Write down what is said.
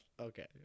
Okay